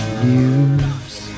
news